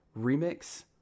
Remix